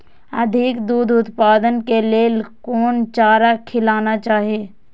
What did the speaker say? अधिक दूध उत्पादन के लेल कोन चारा खिलाना चाही?